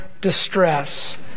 distress